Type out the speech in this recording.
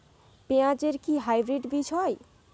পেঁয়াজ এর কি হাইব্রিড বীজ হয়?